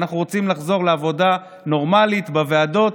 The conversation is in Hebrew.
אנחנו רוצים לחזור לעבודה נורמלית בוועדות,